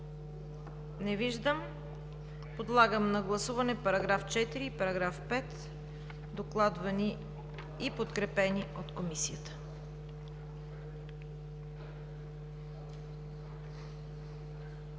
Не виждам. Подлагам на гласуване § 4 и § 5, докладвани и подкрепени от Комисията.